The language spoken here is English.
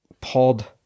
pod